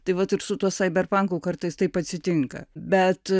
tai vat ir su tuo saiberpanku kartais taip atsitinka bet